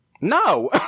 No